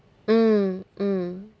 mm mm